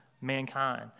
mankind